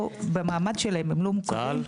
במעמד שלהם הם לא מוכרים.